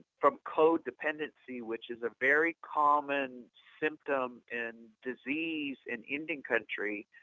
from co-dependency, which is a very common symptom in disease in indian country,